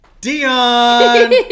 Dion